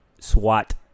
SWAT